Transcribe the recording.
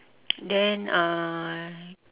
then uh